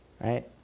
right